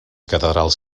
catedrals